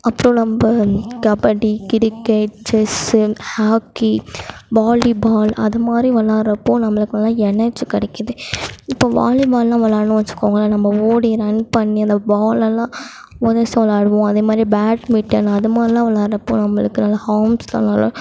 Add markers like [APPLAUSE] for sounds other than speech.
அப்றம் நம்ம kabaddi cricket chess hockey volleyball அதுமாரி விளையாடுறப்போ நம்மளுக்கு எனர்ஜி கிடைக்கிது இப்ப வாலிபால்லாம் விளையாடுனோம் வச்சுகோங்களேன் நம்ம ஓடி ரன் பண்ணி அந்த பால்லலாம் உதைச்சி விளையாடுவோம் அதுமாரி பேட்மிட்டன் அதுமாதிரிலாம் விளையாடுறப்போ நம்மளுக்கு நல்லா ஹாம்ஸ் [UNINTELLIGIBLE]